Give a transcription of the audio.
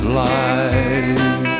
life